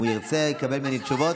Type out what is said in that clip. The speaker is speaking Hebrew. אם הוא ירצה הוא יקבל ממני תשובות,